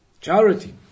Charity